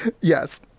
yes